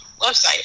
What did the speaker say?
website